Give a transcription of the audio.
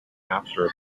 after